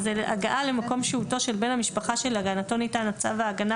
זה הגעה למקום שהותו של בן המשפחה שלהגנתו ניתן צו ההגנה